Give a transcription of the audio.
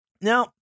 Now